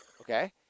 okay